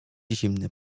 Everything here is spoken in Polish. zimny